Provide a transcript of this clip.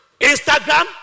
Instagram